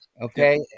Okay